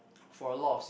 for a lot of